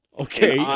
Okay